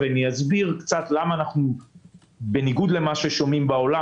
אסביר קצת למה בניגוד למה ששומעים בעולם,